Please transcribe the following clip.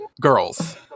Girls